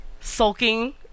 sulking